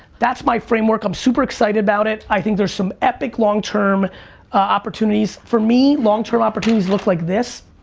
that's my framework. i'm super excited about it. i think there's some epic long-term opportunities. for me, long-term opportunities look like this.